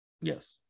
Yes